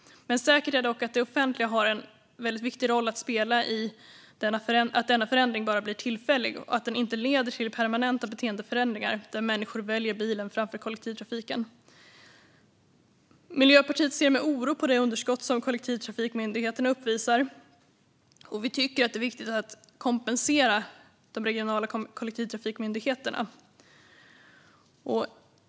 Säkert är dock att det offentliga har en väldigt viktig roll att spela i att denna förändring bara blir tillfällig och inte leder till permanenta beteendeförändringar, där människor väljer bilen framför kollektivtrafiken. Miljöpartiet ser med oro på det underskott som kollektivtrafikmyndigheterna uppvisar. Vi tycker att det är viktigt att kompensera de regionala kollektivtrafikmyndigheterna.